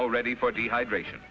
ready for dehydration